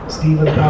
Stephen